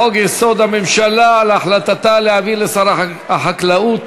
לחוק-יסוד: הממשלה, על החלטתה להעביר לשר החקלאות